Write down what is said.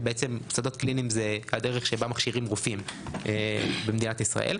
שזו הדרך שבה מכשירים רופאים במדינת ישראל.